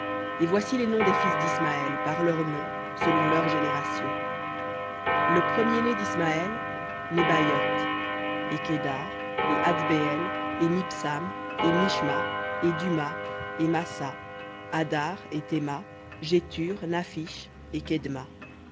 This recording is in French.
et voici les noms des fils d'ismaël par leurs noms selon leurs générations le premier-né d'ismaël nebaïoth et kédar et adbeël et ms et mishma et duma et massa hadar et théma jetur naphish et kedma